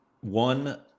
one